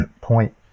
point